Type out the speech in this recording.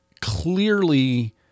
clearly